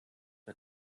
sei